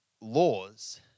laws